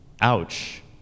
ouch